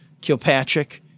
Kilpatrick